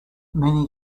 many